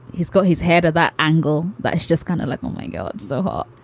he's got his head at that angle. but she just kind of like, oh, my god, it's so hot.